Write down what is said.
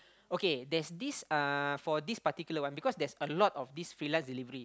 okay there's this uh for this particular one because there's a lot of this freelance delivery